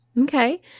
Okay